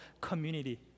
community